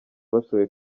bashoboye